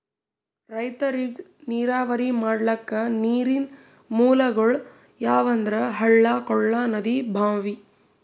ರೈತರಿಗ್ ನೀರಾವರಿ ಮಾಡ್ಲಕ್ಕ ನೀರಿನ್ ಮೂಲಗೊಳ್ ಯಾವಂದ್ರ ಹಳ್ಳ ಕೊಳ್ಳ ನದಿ ಭಾಂವಿ